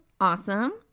awesome